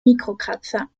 mikrokratzer